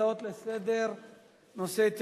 להצעות לסדר-היום מס' 6988,